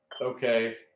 okay